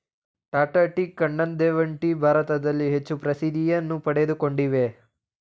Tata tea, Kanan Devan tea ಭಾರತದಲ್ಲಿ ಹೆಚ್ಚು ಪ್ರಸಿದ್ಧಿಯನ್ನು ಪಡಕೊಂಡಿವೆ